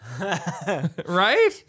Right